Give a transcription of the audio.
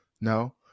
no